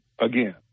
again